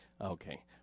Okay